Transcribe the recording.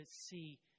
see